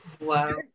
Wow